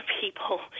people